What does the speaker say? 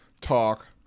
talk